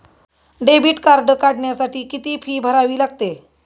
Debit card काढण्यासाठी किती fee भरावी लागते?